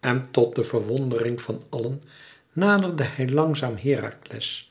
en tot de verwondering van allen naderde hij langzaam herakles